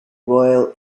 royal